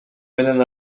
менен